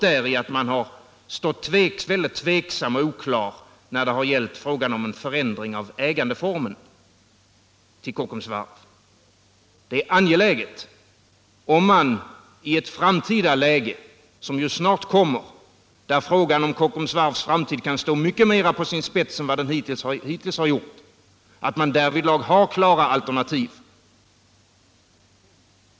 Därför har man också stått väldigt tveksam och oklar i fråga om en förändring Det är angeläget att man i ett framtida läge, som snart inträder och där frågan om Kockums varv kan stå mycket mera på sin spets än den hittills gjort, har klara alternativ.